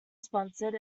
sponsored